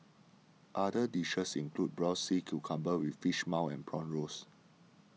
other dishes include Braised Sea Cucumber with Fish Maw and Prawn Rolls